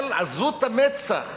אבל עזות המצח,